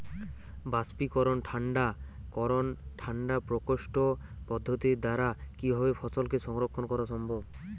বাষ্পীকরন ঠান্ডা করণ ঠান্ডা প্রকোষ্ঠ পদ্ধতির দ্বারা কিভাবে ফসলকে সংরক্ষণ করা সম্ভব?